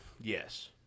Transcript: Yes